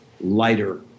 lighter